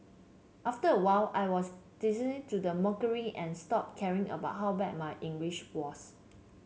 after a while I was desensitised to the mockery and stopped caring about how bad my English was